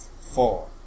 four